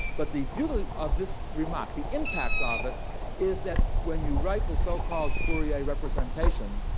but the beauty of this remark the impact of it is that, when you write the so-called fourier representation,